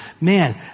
Man